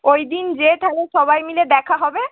ওই দিন যেয়ে তাহলে সবাই মিলে দেখা হবে